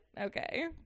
okay